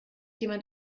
jemand